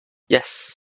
yes